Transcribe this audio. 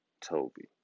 toby